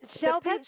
Shelby